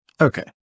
Okay